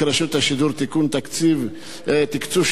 תקצוב שידורי רשת מורשת).